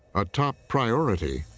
a top priority.